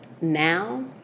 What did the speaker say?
now